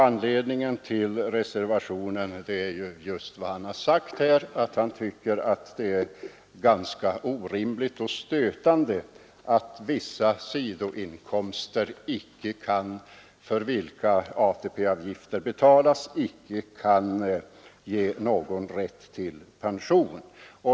Anledningen till reservationen är just vad herr Ringaby har sagt, nämligen att han finner det ganska orimligt och stötande att vissa sidoinkomster, för vilka ATP-avgifter betalas, inte kan ge någon rätt till pension.